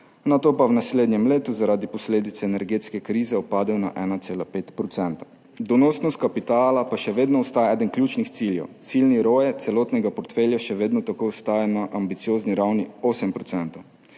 nato pa v naslednjem letu zaradi posledic energetske krize upadel na 1,5 %. Donosnost kapitala pa še vedno ostaja eden ključnih ciljev. Ciljni ROE celotnega portfelja še vedno tako ostaja na ambiciozni ravni 8 %.